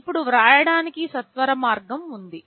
ఇప్పుడు వ్రాయడానికి సత్వరమార్గం ఉంది